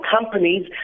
Companies